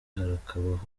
harakabaho